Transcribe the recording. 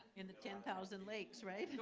and the ten thousand lakes, right?